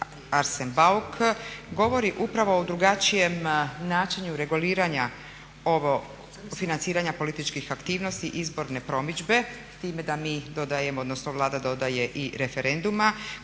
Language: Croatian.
Arsen Bauk govori upravo o drugačijem načinu reguliranja, financiranja političkih aktivnosti, izborne promidžbe time da mi dodajemo, odnosno Vlada dodaje i referenduma